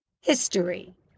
history